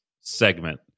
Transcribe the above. segment